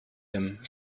them